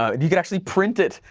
and you can actually print it.